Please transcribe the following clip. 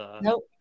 nope